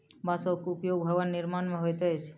बांसक उपयोग भवन निर्माण मे होइत अछि